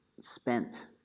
spent